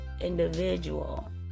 individual